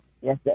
Yes